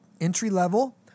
entry-level